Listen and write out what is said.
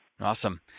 Awesome